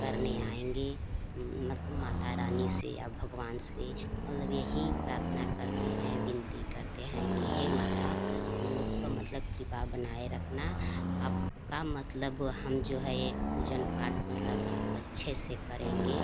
करने आएंगे मतलब माता रानी से या भगवान से मतलब यही प्रार्थना करते हैं विनती करते हैं कि हे माता हम लोग पर मतलब कृपा बनाए रखना आपका मतलब हम जो है ये पूजन पाठ मतलब अच्छे से करेंगे